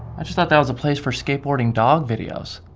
i just thought that was a place for skateboarding dog videos.